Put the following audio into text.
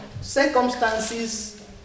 circumstances